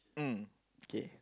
mm okay